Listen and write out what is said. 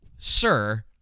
sir